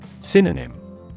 Synonym